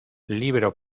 libro